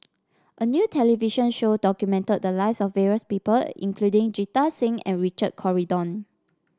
a new television show documented the lives of various people including Jita Singh and Richard Corridon